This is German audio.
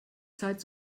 zeit